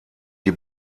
die